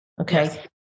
Okay